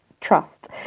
trust